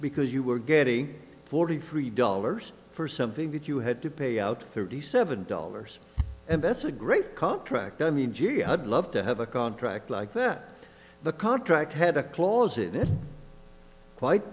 because you were getting forty three dollars for something that you had to pay out thirty seven dollars and that's a great contract i mean gee i'd love to have a contract like that the contract had a clause in it quite